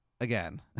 again